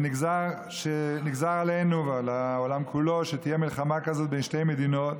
ונגזר עלינו ועל העולם כולו שתהיה מלחמה כזאת בין שתי מדינות.